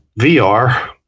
VR